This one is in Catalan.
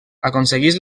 aconsegueix